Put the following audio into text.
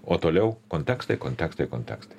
o toliau kontekstai kontekstai kontekstai